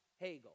Hegel